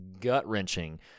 gut-wrenching